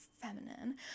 feminine